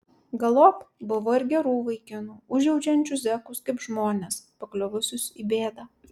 galop buvo ir gerų vaikinų užjaučiančių zekus kaip žmones pakliuvusius į bėdą